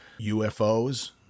UFOs